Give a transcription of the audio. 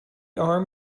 arm